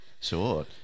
Sure